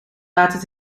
water